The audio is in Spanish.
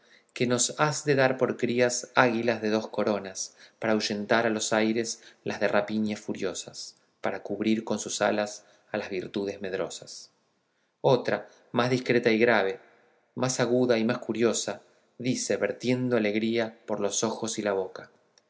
que nos has de dar por crías águilas de dos coronas para ahuyentar de los aires las de rapiña furiosas para cubrir con sus alas a las virtudes medrosas otra más discreta y grave más aguda y más curiosa dice vertiendo alegría por los ojos y la boca